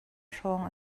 hrawng